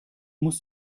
muss